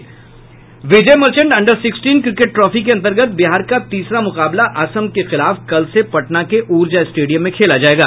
विजय Merchant under sixteen cricket trophy के अंतर्गत बिहार का तीसरा मुकाबला असम के खिलाफ कल से पटना के उर्जा स्टेडियम में खेला जायेगा